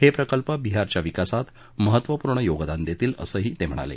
हे प्रकल्प बिहारच्या विकासात महत्वपूर्ण योगदान देतील असंही ते म्हणाले